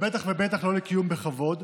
ובטח ובטח לא לקיום בכבוד,